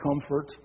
comfort